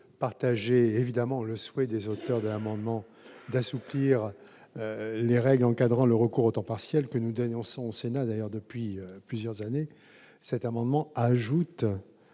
partager le souhait des auteurs de l'amendement d'assouplir les règles encadrant le recours au temps partiel, que nous dénonçons d'ailleurs ici depuis plusieurs années, mais cet amendement tend